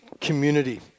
community